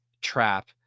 trap